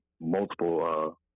multiple